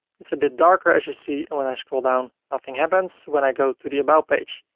it's a bit darker as you see and when i scroll down, nothing happens. when i go to the about page,